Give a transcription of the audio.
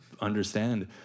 understand